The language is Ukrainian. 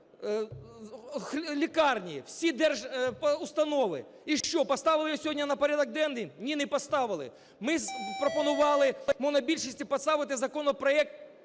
лікарні, всі держустанови. І що, поставили його сьогодні на порядок денний? Ні, не поставили. Ми пропонували монобільшості поставити законопроект